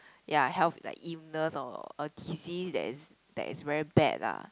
ya health like illness or a disease that is that is very bad ah